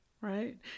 right